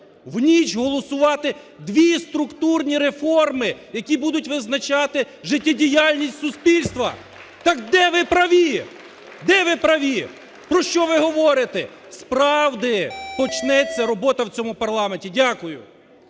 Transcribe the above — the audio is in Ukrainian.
В ніч голосувати дві структурні реформи, які будуть визначати життєдіяльність суспільства. Так де ви праві? Де ви праві? Про що ви говорите? З правди почнеться робота в цьому парламенті. Дякую.